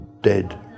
dead